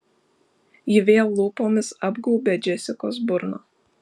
ji vėl lūpomis apgaubė džesikos burną